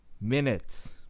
minutes